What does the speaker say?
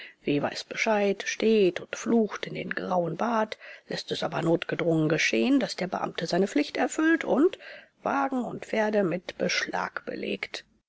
weiß bescheid steht und flucht in den grauen bart läßt es aber notgedrungen geschehen daß der beamte seine pflicht erfüllt und wagen und pferde mit beschlag belegt